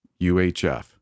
UHF